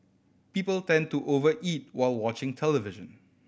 people tend to over eat while watching television